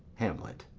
hamlet